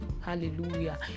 hallelujah